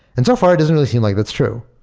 and so far it doesn't really seem like that's true.